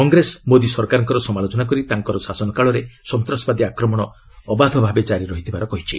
କଂଗ୍ରେସ ମୋଦି ସରକାରଙ୍କର ସମାଲୋଚନା କରି ତାଙ୍କ ଶାସନ କାଳରେ ସନ୍ତାସବାଦୀ ଆକ୍ରମଣ ଅବାଧ ଭାବେ ଜାରି ରହିଥିବାର କହିଛି